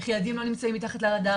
איך ילדים לא נמצאים מתחת לרדאר?